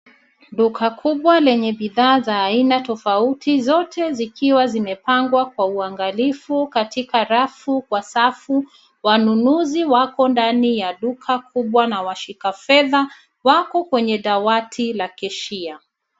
Duka kubwa lenye bidhaa za aina tofauti zote zikiwa zimepangwa kwa uangalifu katika rafu kwa safu . Wanunuzi wako ndani ya duka kubwa na washika fedha wako kwenye dawati la cashier .